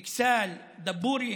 אכסאל, דבורייה,